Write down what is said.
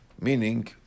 Meaning